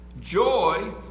Joy